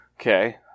Okay